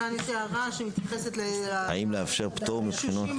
כאן יש לי הערה -- האם לאפשר פטור מבחינות